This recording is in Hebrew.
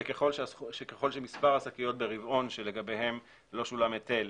שככל שמספר השקיות ברבעון שלגביהן לא שולם היטל